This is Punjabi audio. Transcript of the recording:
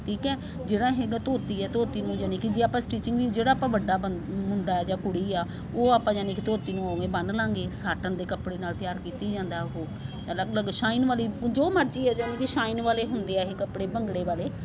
ਠੀਕ ਹੈ ਜਿਹੜਾ ਹੈਗਾ ਧੋਤੀ ਹੈ ਧੋਤੀ ਨੂੰ ਯਾਨੀ ਕਿ ਜੇ ਆਪਾਂ ਸਟਿਚਿੰਗ ਜਿਹੜਾ ਆਪਾਂ ਵੱਡਾ ਬੰ ਮੁੰਡਾ ਜਾਂ ਕੁੜੀ ਆ ਉਹ ਆਪਾਂ ਯਾਨੀ ਕਿ ਧੋਤੀ ਨੂੰ ਹੋ ਗਏ ਬੰਨ ਲਾਂਗੇ ਸਾਟਣ ਦੇ ਕੱਪੜੇ ਨਾਲ ਤਿਆਰ ਕੀਤੀ ਜਾਂਦਾ ਉਹ ਅਲੱਗ ਅਲੱਗ ਸ਼ਾਈਨ ਵਾਲੀ ਜੋ ਮਰਜੀ ਹੈ ਯਾਨੀ ਕਿ ਸ਼ਾਈਨ ਵਾਲੇ ਹੁੰਦੇ ਆ ਇਹ ਕੱਪੜੇ ਭੰਗੜੇ ਵਾਲੇ